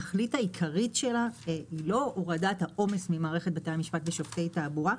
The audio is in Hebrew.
התכלית העיקרית שלה היא לא הורדת העומס ממערכת בתי המשפט ושופטי תעבורה.